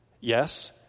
Yes